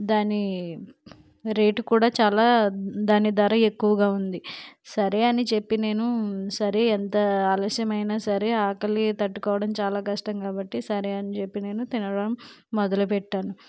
దాని రేటు కూడా చాలా దాని ధర ఎక్కువగా ఉంది సరే అని చెప్పి నేను సరే ఎంత ఆలస్యమైనా సరే ఆకలి తట్టుకోవడం చాలా కష్టం కాబట్టి సరే అని చెప్పి నేను తినడం మొదలుపెట్టాను